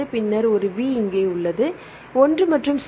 பின்னர் ஒரு V இங்கே உள்ளது மாணவர் ஓன்று மட்டும் சரி